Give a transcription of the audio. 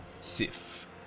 Sif